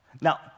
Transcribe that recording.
Now